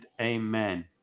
amen